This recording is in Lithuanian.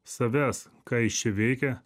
savęs ką jis čia veikia